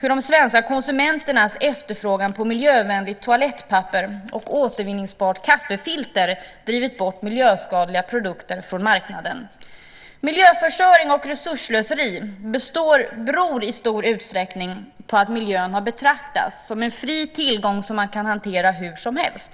De svenska konsumenternas efterfrågan på miljövänligt toalettpapper och återvinningsbara kaffefilter har drivit bort miljöskadliga produkter från marknaden. Miljöförstöring och resursslöseri beror i stor utsträckning på att miljön har betraktats som en fri tillgång som man kan hantera hur som helst.